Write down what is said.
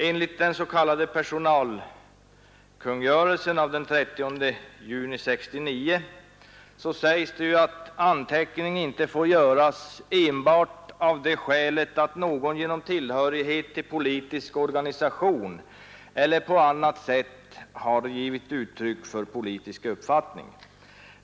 Enligt den s.k. personalkungörelsen av den 13 juni 1969 får anteckning inte göras enbart av det skälet att någon genom tillhörighet till politisk organisation eller på annat sätt givit uttryck för politisk uppfattning.